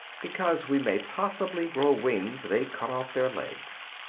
because we may possibly grow wings they cut off their legs.